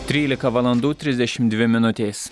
trylika valandų trisdešimt dvi minutės